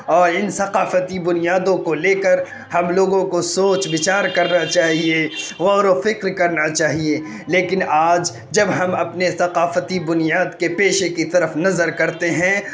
اور ان ثقافتی بنیادوں کو لے کر ہم لوگوں کو سوچ وچار کرنا چاہیے غور و فکر کرنا چاہیے لیکن آج جب ہم اپنے ثقافتی بنیاد کے پیشے کی طرف نظر کرتے ہیں